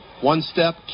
one-step